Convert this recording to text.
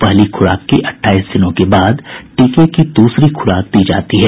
पहली खुराक के अट्ठाईस दिनों के बाद टीके की दूसरी खुराक दी जाती है